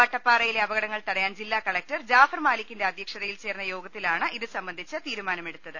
വട്ടപ്പാറയിലെ അപകടങ്ങൾ തടയാൻ ജില്ലാകലക്ടർ ജാഫർ മാലിക്കിന്റെ അധ്യക്ഷതയിൽ ചേർന്ന യോഗത്തിലാണ് ഇതു സംബന്ധിച്ച തീരുമാനമെടുത്തത്